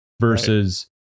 versus